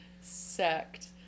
sect